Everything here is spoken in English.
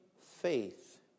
faith